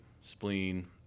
spleen